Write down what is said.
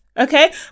Okay